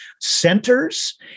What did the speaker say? centers